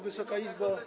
Wysoka Izbo!